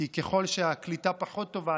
כי ככל שהקליטה פחות טובה,